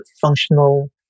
functional